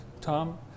Tom